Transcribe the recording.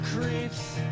creeps